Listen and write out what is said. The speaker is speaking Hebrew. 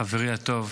חברי הטוב